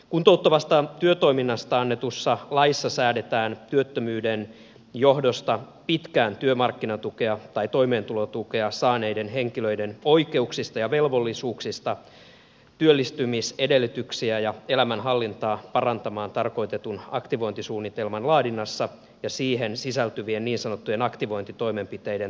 kuntouttavasta työtoiminnasta annetussa laissa säädetään työttömyyden johdosta pitkään työmarkkinatukea tai toimeentulotukea saaneiden henkilöiden oikeuksista ja velvollisuuksista työllistymisedellytyksiä ja elämänhallintaa parantamaan tarkoitetun aktivointisuunnitelman laadinnassa ja siihen sisältyvien niin sanottujen aktivointitoimenpiteiden toteuttamisesta